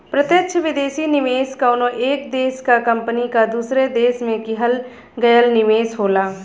प्रत्यक्ष विदेशी निवेश कउनो एक देश क कंपनी क दूसरे देश में किहल गयल निवेश होला